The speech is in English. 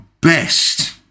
best